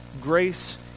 grace